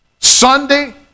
Sunday